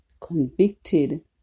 Convicted